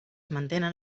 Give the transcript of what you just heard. mantenen